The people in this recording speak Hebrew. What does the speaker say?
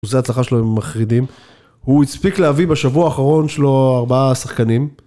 אחוזי ההצלחה שלו עם מחרידים. הוא הספיק להביא בשבוע האחרון שלו ארבעה שחקנים.